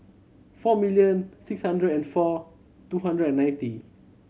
four million six hundred and four two hundred and ninety